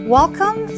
Welcome